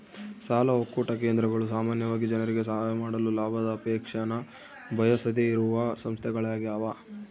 ಸಾಲ ಒಕ್ಕೂಟ ಕೇಂದ್ರಗಳು ಸಾಮಾನ್ಯವಾಗಿ ಜನರಿಗೆ ಸಹಾಯ ಮಾಡಲು ಲಾಭದ ಅಪೇಕ್ಷೆನ ಬಯಸದೆಯಿರುವ ಸಂಸ್ಥೆಗಳ್ಯಾಗವ